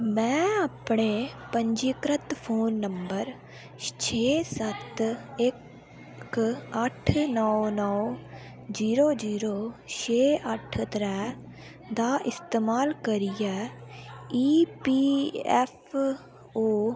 में अपने पंजीकृत फोन नंबर छे सत्त इक अठ्ठ नौ नौ जीरो जीरो छे अठ्ठ त्रै दा इस्तमाल करियै ई पी ऐफ्फ ओ